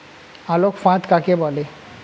আলোক ফাঁদ কাকে বলে?